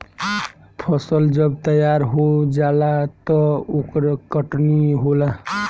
फसल जब तैयार हो जाला त ओकर कटनी होला